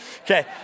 Okay